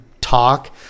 talk